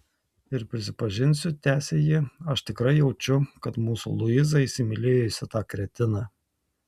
ir prisipažinsiu tęsė ji aš tikrai jaučiu kad mūsų luiza įsimylėjusi tą kretiną